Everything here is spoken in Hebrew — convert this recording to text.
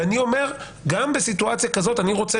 ואני אומר גם בסיטואציה כזאת אני רוצה